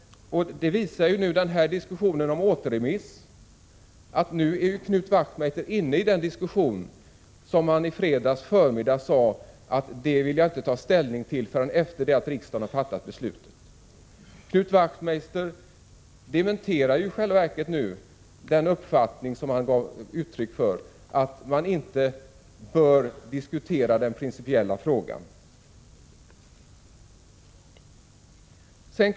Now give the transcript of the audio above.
Diskussionen om återremiss visar att Knut Wachtmeister nu är inne i den diskussion som han i fredags förmiddag sade att han inte ville delta i förrän efter det att riksdagen har fattat beslutet. Knut Wachtmeister dementerar ju nu i själva verket den uppfattning som han gav uttryck för, nämligen att man inte bör diskutera den principiella frågan.